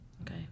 Okay